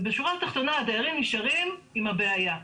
ובשורה תחתונה, הדיירים נשארים עם הבעיה.